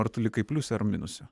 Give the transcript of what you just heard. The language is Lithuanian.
ar tu likai pliuse ar minuse